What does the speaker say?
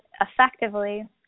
effectively